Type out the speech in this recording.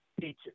teacher